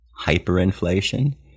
hyperinflation